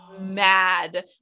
mad